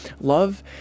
love